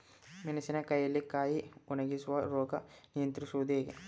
ಮೆಣಸಿನ ಕಾಯಿಯಲ್ಲಿ ಕಾಯಿ ಒಣಗುವ ರೋಗ ನಿಯಂತ್ರಿಸುವುದು ಹೇಗೆ?